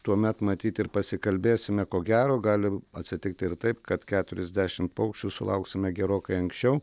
tuomet matyt ir pasikalbėsime ko gero gali atsitikti ir taip kad keturiasdešimt paukščių sulauksime gerokai anksčiau